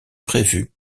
prévu